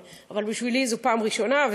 אבל בשבילי זו פעם ראשונה,